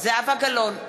זהבה גלאון,